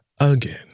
again